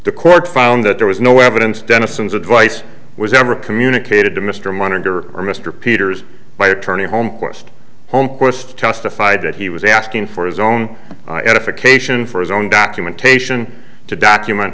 the court found that there was no evidence dennison's advice was ever communicated to mr munder or mr peters by attorney home quest home quest testified that he was asking for his own edification for his own documentation to document